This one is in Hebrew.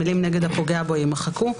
המילים "נגד הפוגע בו" יימחקו.